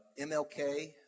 MLK